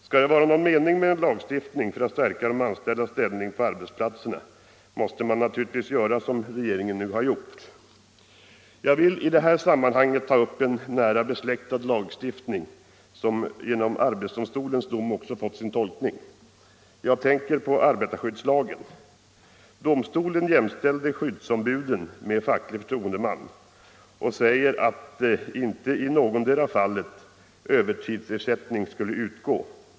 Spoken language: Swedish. Skall det vara någon mening med en lagstiftning för att stärka de anställdas ställning på arbetsplatserna måste man naturligtvis göra som regeringen nu har gjort. Ez Jag vill i detta sammanhang ta upp en nära besläktad lagstiftning som genom arbetsdomstolens dom också fått sin tolkning. Jag tänker på arbetarskyddslagen. Domstolen jämställde skyddsombuden med facklig förtroendeman och sade att inte i någotdera fallet övertidsersättning skulle utgå.